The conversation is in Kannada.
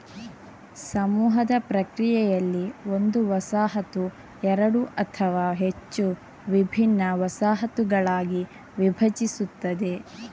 ಸಮೂಹದ ಪ್ರಕ್ರಿಯೆಯಲ್ಲಿ, ಒಂದು ವಸಾಹತು ಎರಡು ಅಥವಾ ಹೆಚ್ಚು ವಿಭಿನ್ನ ವಸಾಹತುಗಳಾಗಿ ವಿಭಜಿಸುತ್ತದೆ